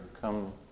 come